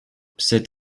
c’est